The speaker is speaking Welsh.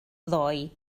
ddoi